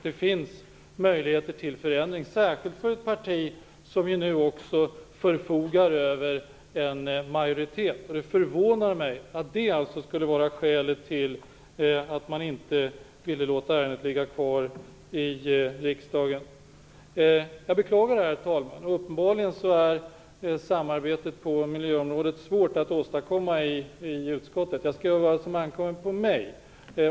Det finns möjligheter till förändring särskilt då det gäller ett parti som nu förfogar över en majoritet. Det förvånar mig att det skulle vara skälet till att man inte ville låta ärendet ligga kvar i riksdagen. Jag beklagar det, herr talman. Uppenbarligen är samarbetet på miljöområdet svårt att åstadkomma i utskottet. Jag skall göra vad som ankommer på mig.